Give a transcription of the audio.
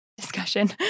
discussion